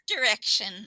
direction